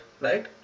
right